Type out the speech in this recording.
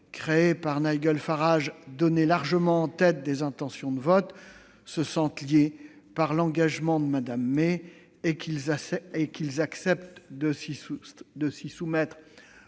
créée par Nigel Farage donnée largement en tête des intentions de vote, se sentent liés par l'engagement de Mme May et qu'ils acceptent de s'y soumettre.